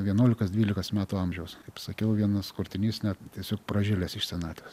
vienuolikos dvylikos metų amžiaus kaip sakiau vienas kurtinys net tiesiog pražilęs iš senatvės